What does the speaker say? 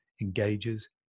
engages